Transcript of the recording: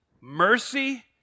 mercy